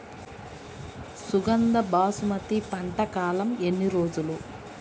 సుగంధ బాస్మతి పంట కాలం ఎన్ని రోజులు?